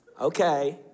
Okay